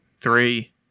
three